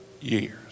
years